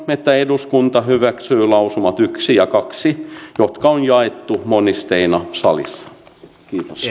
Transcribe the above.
että eduskunta hyväksyy lausumat yksi ja kaksi jotka on jaettu monisteina salissa kiitos